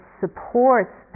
supports